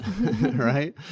right